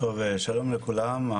טוב שלום לכולם,